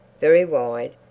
very wide,